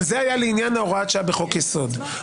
זה היה לעניין הוראת השעה בחוק יסוד.